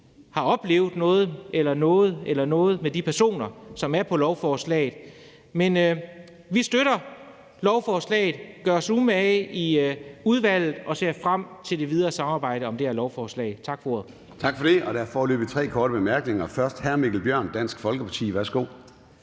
har oplevet noget med de personer, som er på lovforslaget. Men vi støtter lovforslaget, gør os umage i udvalget og ser frem til det videre samarbejde om det her lovforslag. Tak for ordet.